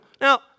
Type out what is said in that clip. Now